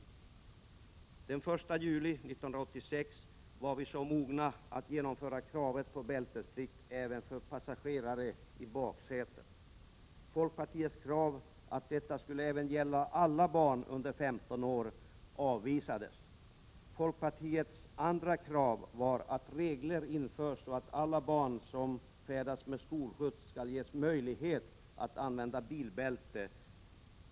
trafikföreskrifter Den 1 juli 1986 var vi mogna att genomföra kravet på bältesplikt även för passagerare i baksäte. Folkpartiets krav att detta även skulle gälla alla barn under 15 år avvisades. Folkpartiets andra krav var att regler skulle införas så att alla barn som färdas med skolskjuts skulle ges möjlighet att använda bilbälte.